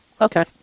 Okay